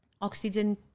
oxygen